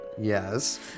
Yes